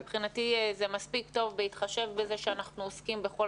מבחינתי זה מספיק טוב בהתחשב בזה שאנחנו עוסקים בכל